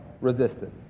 resistance